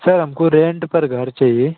sir हमको rent पर घर चाहिए